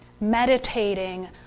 meditating